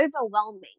overwhelming